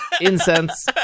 Incense